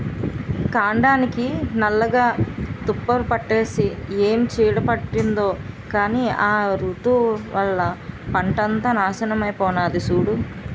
కాండానికి నల్లగా తుప్పుపట్టేసి ఏం చీడ పట్టిందో కానీ ఆ బూతం వల్ల పంటంతా నాశనమై పోనాది సూడూ